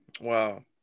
Wow